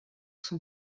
son